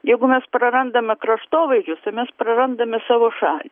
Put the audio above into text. jeigu mes prarandame kraštovaizdžius tai mes prarandame savo šalį